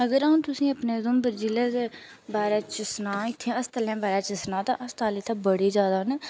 अगर अ'ऊं तुसें ई अपने उधमपुर जिले दे बारे च सनांऽ इ'त्थें अस्तालें दे बारे च सनाऽ दा ते अस्ताल इ'त्थें बड़े जादा न